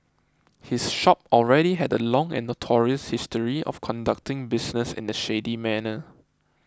his shop already had a long and notorious history of conducting business in a shady manner